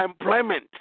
employment